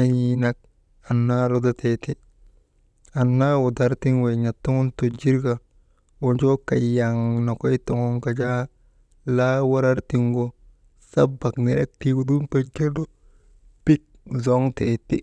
en̰ii nak annaa ludatee ti, annaa ludar tiŋ wey tojir ka wojoo kaŋan nokoy toŋon ka jaa laawurar tiŋgu sabak nenek tiigu dum tojirnu bit zoŋtee ti.